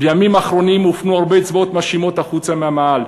בימים האחרונים הופנו הרבה אצבעות מאשימות החוצה מהמאהל.